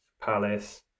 Palace